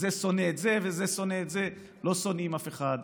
וזה שונא את זה וזה שונא את זה, לא שונאים אף אחד,